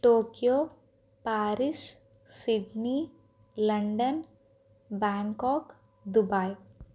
Tokyo Paris Sydney London Bangkok Dubai